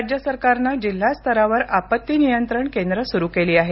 राज्य सरकारनं जिल्हा स्तरावर आपत्ती नियंत्रण केंद्रं सुरू केली आहेत